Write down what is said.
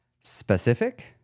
specific